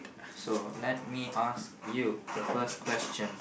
so let me ask you the first question